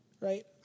Right